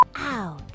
Out